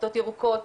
כיתות ירוקות,